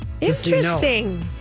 interesting